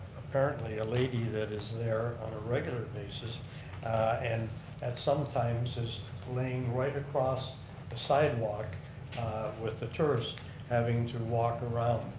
apparently a lady that is there on a regular basis and at some times is laying right across the sidewalk with the tourists having to walk around.